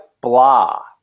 blah